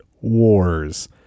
Wars